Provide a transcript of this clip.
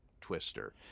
Twister